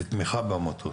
לתמיכה במועצות.